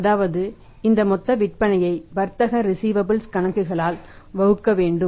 அதாவது இந்த மொத்த விற்பனையை வர்த்தக ரிஸீவபல்ஸ் கணக்குகளால் வகுக்க வேண்டும்